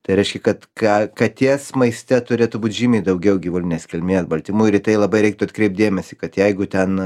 tai reiškia kad ka katės maiste turėtų būt žymiai daugiau gyvulinės kilmės baltymų ir į tai labai reiktų atkreipt dėmesį kad jeigu ten